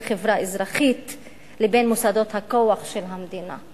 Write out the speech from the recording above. חברה אזרחית לבין מוסדות הכוח של המדינה.